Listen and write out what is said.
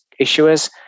issuers